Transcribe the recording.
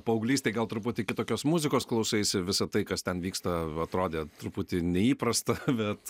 paauglystėj gal truputį kitokios muzikos klausaisi visa tai kas ten vyksta atrodė truputį neįprasta bet